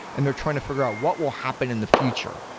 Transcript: and they're trying to figure out what will happen in the future.